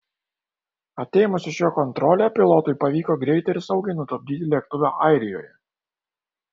atėmus iš jo kontrolę pilotui pavyko greitai ir saugiai nutupdyti lėktuvą airijoje